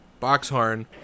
boxhorn